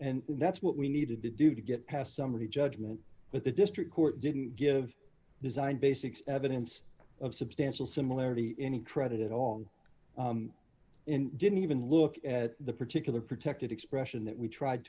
and that's what we needed to do to get past summary judgment but the district court didn't give design basics evidence of substantial similarity any credit at all and didn't even look at the particular protected expression that we tried